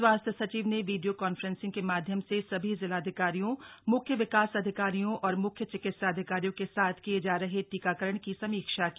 स्वास्थ्य सचिव ने वीडियो कॉन्फ्रेंसिंग के माध्यम से सभी जिलाधिकारियों मुख्य विकास अधिकारियों और मुख्य चिकित्साधिकारियों के साथ किये जा रहे टीकाकरण की समीक्षा की